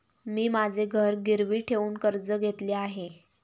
मी माझे घर गिरवी ठेवून कर्ज घेतले आहे